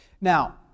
Now